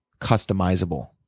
customizable